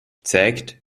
zeigt